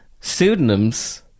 Pseudonyms